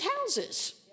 houses